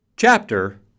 Chapter